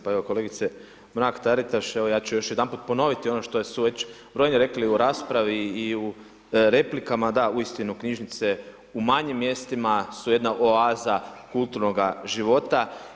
Pa evo, kolegice Mrak Taritaš, evo ja ću još jedanput ponoviti ono što su brojni rekli u raspravi i u replikama, da uistinu, knjižnice u manjim mjestima su jedna oaza kulturnoga života.